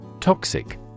Toxic